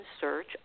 search